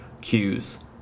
cues